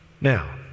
now